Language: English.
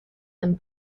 and